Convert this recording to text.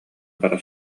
бара